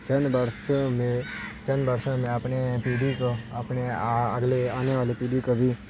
چند برسوں میں چند برسوں میں اپنے پیڑھی کو اپنے اگلے آنے والی پیڑھی کو بھی